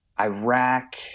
Iraq